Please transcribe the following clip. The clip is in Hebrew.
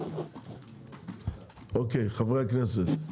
חברי הכנסת.